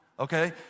okay